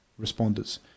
responders